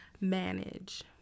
manage